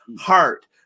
Heart